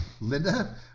linda